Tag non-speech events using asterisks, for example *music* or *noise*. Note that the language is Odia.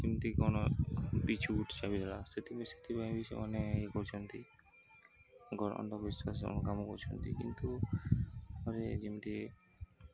ଯେମିତି କ'ଣ ବିଛୁ *unintelligible* କାମୁଡ଼ିଲା ସେଥିପାଇଁ ସେଥିପାଇଁ ଏବେବି ସେମାନେ ଇଏ କରୁଛନ୍ତି ଅନ୍ଧବିଶ୍ୱାସ କାମ କରୁଛନ୍ତି କିନ୍ତୁରେ ଯେମିତି